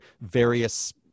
various